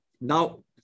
now